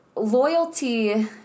loyalty